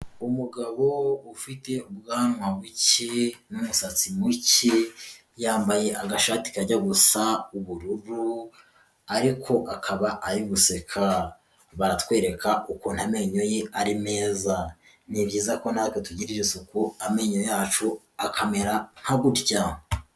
Umugabo ufite ubwanwa buke n'umusatsi muke, yambaye agashati kajya gusha ubururu ariko akaba ari guseka, baratwereka ukuntu amenyo ye ari meza, ni byiza ko natwe tugirira isuku amenyo yacu akamera nka gutya.